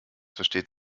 versteht